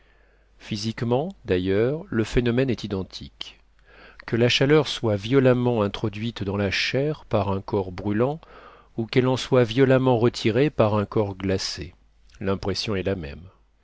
physiquement d'ailleurs le phénomène est identique que la chaleur soit violemment introduite dans la chair par un corps brûlant ou qu'elle en soit violemment retirée par un corps glacé l'impression est la même